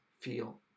feel